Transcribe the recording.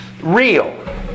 real